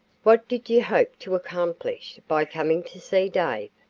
what did you hope to accomplish by coming to see dave?